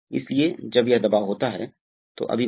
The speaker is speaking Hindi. और रीजनरेशन होता है है ना